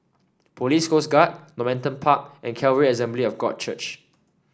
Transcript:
Police Coast Guard Normanton Park and Calvary Assembly of God Church